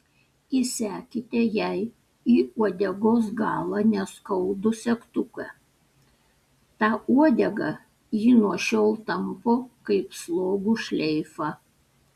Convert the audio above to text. įsekite jai į uodegos galą neskaudų segtuką tą uodegą ji nuo šiol tampo kaip slogų šleifą